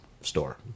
store